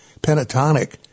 Pentatonic